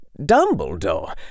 Dumbledore